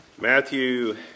Matthew